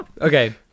Okay